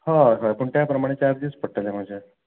हय हय पूण टे प्रमाणे चार्जीस पडटले म्हाजे